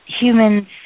humans